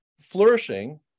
flourishing